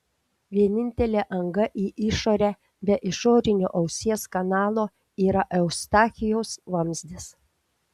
vienintelė anga į išorę be išorinio ausies kanalo yra eustachijaus vamzdis